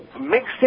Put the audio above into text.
mixed